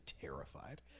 terrified